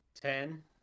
Ten